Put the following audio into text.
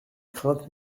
craintes